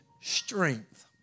strength